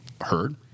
heard